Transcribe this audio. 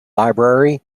library